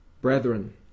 brethren